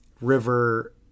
river